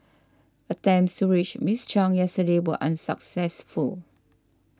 attempts to reach Miss Chung yesterday were unsuccessful